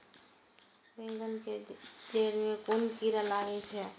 बेंगन के जेड़ में कुन कीरा लागे छै?